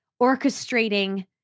orchestrating